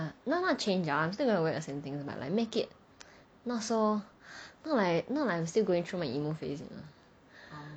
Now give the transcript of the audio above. no not change I'm still got wear the same thing but like make it not so not like not like I'm still going through my emo phase you know